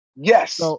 Yes